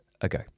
ago